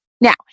Now